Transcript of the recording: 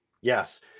Yes